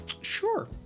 Sure